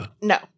No